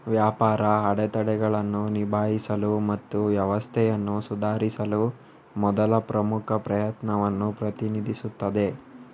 ವ್ಯಾಪಾರ ಅಡೆತಡೆಗಳನ್ನು ನಿಭಾಯಿಸಲು ಮತ್ತು ವ್ಯವಸ್ಥೆಯನ್ನು ಸುಧಾರಿಸಲು ಮೊದಲ ಪ್ರಮುಖ ಪ್ರಯತ್ನವನ್ನು ಪ್ರತಿನಿಧಿಸುತ್ತದೆ